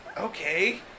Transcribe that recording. okay